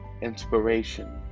inspiration